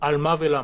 על מה ולמה?